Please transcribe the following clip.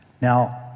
Now